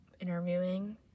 interviewing